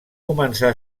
començar